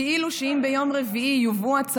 כאילו אם ביום רביעי יובאו הצווים,